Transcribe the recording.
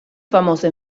famosa